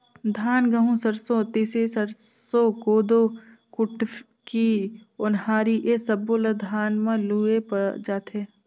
धान, गहूँ, सरसो, तिसी, सरसो, कोदो, कुटकी, ओन्हारी ए सब्बो ल धान म लूए जाथे